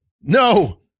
No